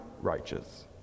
righteous